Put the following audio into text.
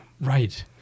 Right